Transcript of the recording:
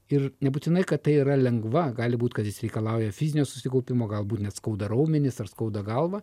ir nebūtinai kad tai yra lengva gali būti kad jis reikalauja fizinio susikaupimo galbūt net skauda raumenis ar skauda galvą